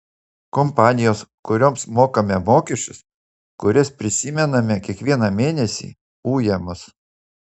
kompanijos kurioms mokame mokesčius kurias prisimename kiekvieną mėnesį uja mus